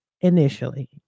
initially